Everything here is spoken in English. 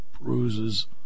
bruises